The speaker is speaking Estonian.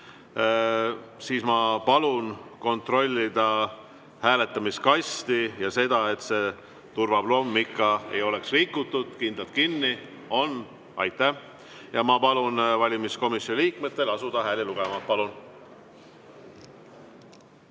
Siis ma palun kontrollida hääletamiskasti ja seda, et turvaplomm ei oleks rikutud ja on kindlalt kinni. On. Aitäh! Ja ma palun valimiskomisjoni liikmetel asuda hääli lugema. Palun!